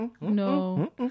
No